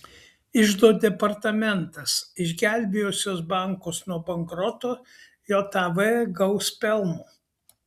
iždo departamentas išgelbėjusios bankus nuo bankroto jav gaus pelno